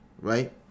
right